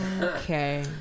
Okay